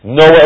no